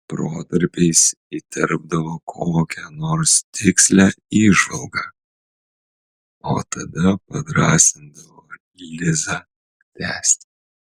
protarpiais įterpdavo kokią nors tikslią įžvalgą o tada padrąsindavo lizą tęsti